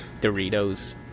doritos